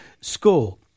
school